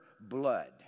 blood